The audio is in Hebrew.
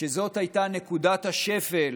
שזאת הייתה נקודת השפל